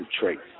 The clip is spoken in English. traits